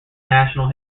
national